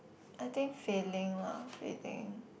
I think failing lah failing